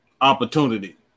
opportunity